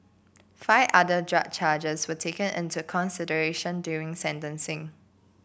five other drug charges were taken into consideration during sentencing